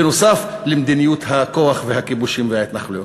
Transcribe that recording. בנוסף למדיניות הכוח והכיבושים וההתנחלויות.